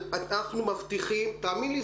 אנחנו מבטיחים תאמין לי,